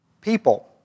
people